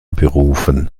berufen